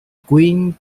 green